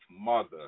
mother